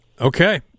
Okay